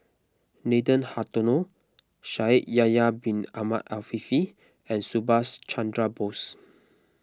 Nathan Hartono Shaikh Yahya Bin Ahmed Afifi and Subhas Chandra Bose